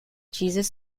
jesus